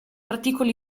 articoli